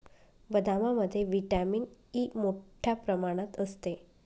बदामामध्ये vitamin E मोठ्ठ्या प्रमाणात असते